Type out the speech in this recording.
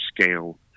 scale